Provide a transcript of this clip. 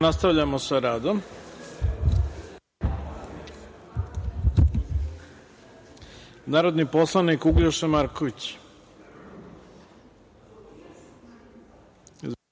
nastavljamo sa radom. Reč ima narodni poslanik Uglješa Marković.